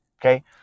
okay